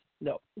No